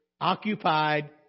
occupied